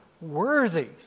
worthy